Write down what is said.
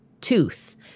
tooth